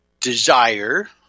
desire